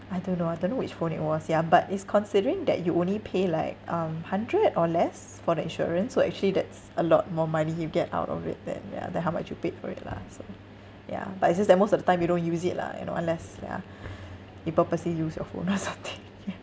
I don't know I don't know which phone it was ya but is considering that you only pay like um hundred or less for the insurance so actually that's a lot more money you get out of it than ya than how much you paid for it lah so ya but it's just that most of the time you don't use it lah you know unless ya you purposely lose your phone or something